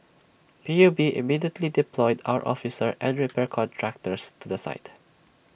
P U B immediately deployed our officers and repair contractors to the site